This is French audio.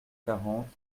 quarante